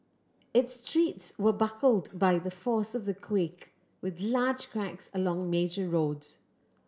its streets were buckled by the force of the quake with large cracks along major roads